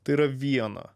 tai yra viena